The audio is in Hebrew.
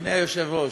אדוני היושב-ראש,